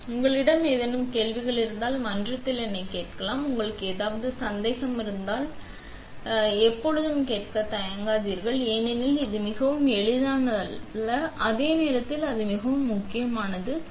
எனவே உங்களிடம் ஏதேனும் கேள்விகள் இருந்தால் மன்றத்தில் என்னை கேட்கலாம் உங்களுக்கு ஏதாவது சந்தேகங்கள் இருந்தால் உங்களுக்குத் தெரியும் எப்பொழுதும் கேட்கத் தயங்காதீர்கள் ஏனெனில் இது மிகவும் எளிதானது அல்ல அதே நேரத்தில் அது மிகவும் முக்கியமானது